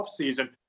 offseason